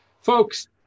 Folks